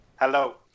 Hello